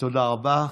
תודה רבה.